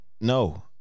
No